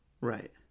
Right